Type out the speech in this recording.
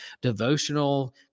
devotional